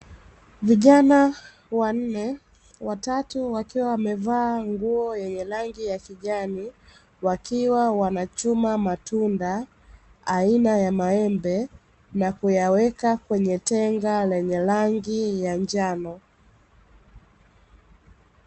Vijana wanne watatu wakiwa wamevaa nguo yenye rangi ya kijani, wakiwa wanachuma matunda aina ya maembe na kuyaweka kwenye tenga lenye rangi ya njano.